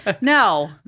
No